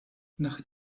nach